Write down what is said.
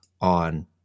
on